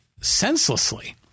senselessly